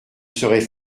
serais